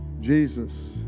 Jesus